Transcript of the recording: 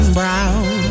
brown